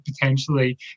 potentially